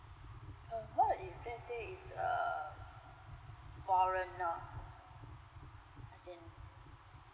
um what if let's say is a foreigner as in